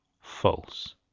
false